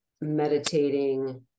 meditating